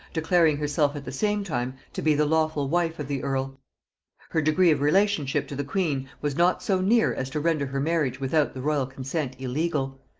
declaring herself at the same time to be the lawful wife of the earl her degree of relationship to the queen was not so near as to render her marriage without the royal consent illegal,